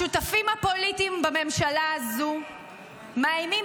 השותפים הפוליטיים בממשלה הזאת מאיימים